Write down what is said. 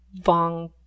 Vong